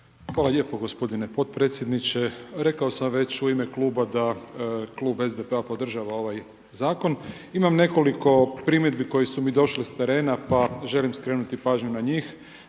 Hvala lijepo gospodine potpredsjedniče. Rekao sam već u ime kluba da klub SDP-a podržava ovaj zakon, imam nekoliko primjedbi koje su mi došle s terena pa želim skrenuti pažnju na njih.